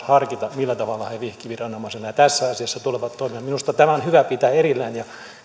harkita millä tavalla he vihkiviranomaisena tässä asiassa tulevat toimimaan minusta nämä on hyvä pitää erillään